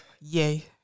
Yay